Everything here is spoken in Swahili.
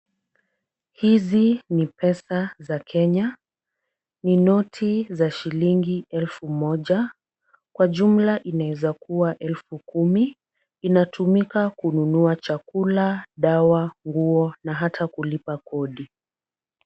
Hizi ni pesa za Kenya. Ni noti za shilingi elfu moja. Kwa jumla inaweza kuwa elfu kumi. Inatumika kununua chakula, dawa, nguo na ata kulipa kodi.